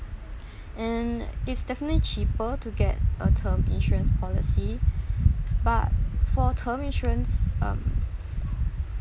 and it's definitely cheaper to get a term insurance policy but for term insurance um